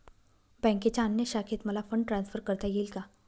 बँकेच्या अन्य शाखेत मला फंड ट्रान्सफर करता येईल का?